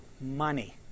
money